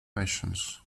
nations